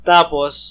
Tapos